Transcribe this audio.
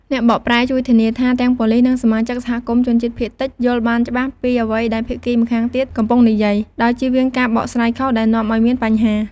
អ្នកបកប្រែជួយធានាថាទាំងប៉ូលិស និងសមាជិកសហគមន៍ជនជាតិភាគតិចយល់បានច្បាស់ពីអ្វីដែលភាគីម្ខាងទៀតកំពុងនិយាយ ដោយជៀសវាងការបកស្រាយខុសដែលនាំឱ្យមានបញ្ហា។